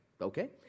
okay